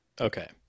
Okay